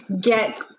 get